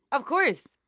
of course.